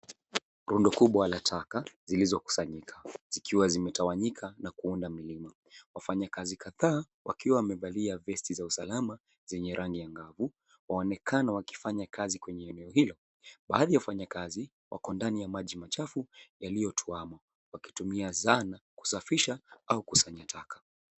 Rundo kubwa la taka zilizokusanyika zikiwa zimetawanyika na kuunda miima. Wafanyakaza kadhaa wakiwa wamevalia vesti za usalama zenye rangi angavu waonekana wakifanya kazi kwenye eneo hilo. Baadhi ya wafanyakazi wako ndani ya maji machafu yaliyotuama wakitumia zana kusafisha au kusanya taka.